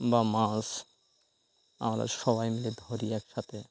বা মাছ আমরা সবাই মিলে ধরি একসাথে